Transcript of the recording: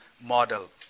model